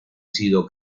sido